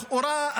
לכאורה,